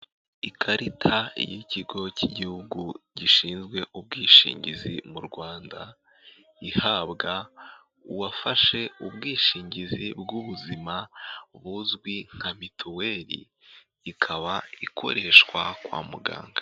Ikarita y'ikigo cy'igihugu gishinzwe ubwishingizi mu Rwanda ihabwa uwafashe ubwishingizi bw'ubuzima buzwi nka mituweli ikaba ikoreshwa kwa muganga.